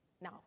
now